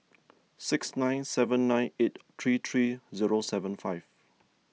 six nine seven nine eight three three zero seven five